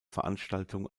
veranstaltung